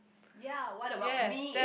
ya what about me